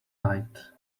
night